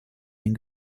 den